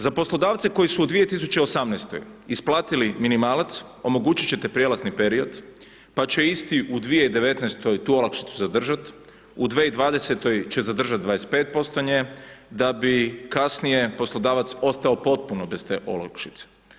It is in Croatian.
Za poslodavce koji su u 2018. isplatiti minimalac omogućit ćete prijelazni period pa će isti u 2019. tu olakšicu zadržat, u 2020. će zadržat 25% nje, da bi kasnije poslodavac ostao potpuno bez te olakšice.